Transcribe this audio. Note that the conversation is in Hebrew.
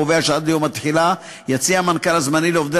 הקובע שעד ליום התחילה יציע המנכ"ל הזמני לעובדי